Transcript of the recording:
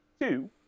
two